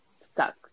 stuck